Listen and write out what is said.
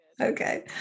Okay